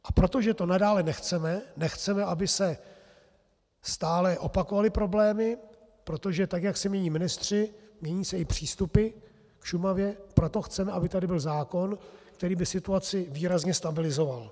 A protože to nadále nechceme, nechceme, aby se stále opakovaly problémy, protože tak jak se mění ministři, mění se i přístupy k Šumavě, proto chceme, aby tady byl zákon, který by situaci výrazně stabilizoval.